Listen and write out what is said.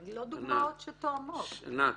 הן לא דוגמאות שתואמות בעיניי.